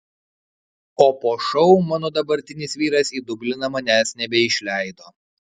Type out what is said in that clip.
o po šou mano dabartinis vyras į dubliną manęs nebeišleido